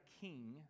king